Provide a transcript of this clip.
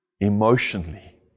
emotionally